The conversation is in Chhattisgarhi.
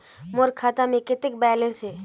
मोर खाता मे कतेक बैलेंस हे?